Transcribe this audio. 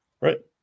Right